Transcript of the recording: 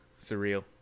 surreal